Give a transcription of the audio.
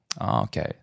Okay